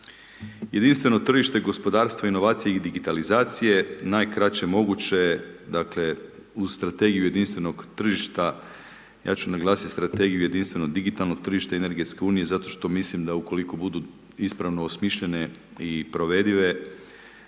Jedinstveno tržište, gospodarstvo, inovacije i digitalizacije, najkraće moguće, dakle uz strategiju jedinstvenog tržišta ja ću naglasiti Strategiju jedinstvenog digitalnog tržišta energetske unije, zato što mislim da ukoliko budu ispravno osmišljene i provedive,